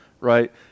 right